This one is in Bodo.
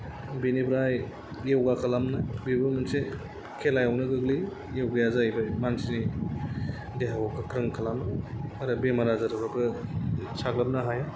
बेनिफ्राय यगा खालामनो बेबो मोनसे खेलायावनो गोग्लैयो यगाया जाहैबाय मानसिनि देहाखौ गोख्रों खालामो आरो बेमार आजारफ्राबो साग्लोबनो हाया